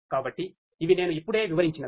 కాబట్టి ఇవి నేను ఇప్పుడే వివరించినవి